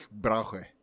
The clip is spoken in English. brauche